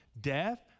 death